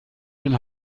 den